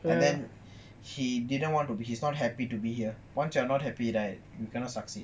and then he didn't want to be he's not happy to be here once you're not happy right you cannot succeed